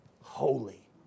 holy